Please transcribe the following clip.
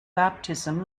baptism